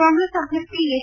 ಕಾಂಗ್ರೆಸ್ ಅಭ್ಯರ್ಥಿ ಎಚ್